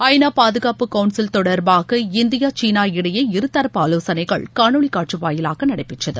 ஐ நா பாதுகாப்பு கவுன்சில் தொடர்பாக இந்தியா சீளா இடையே இருதரப்பு ஆலோசனைகள் காணொலி காட்சி வாயிலாக நடைபெற்றது